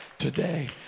Today